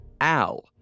Al